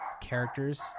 characters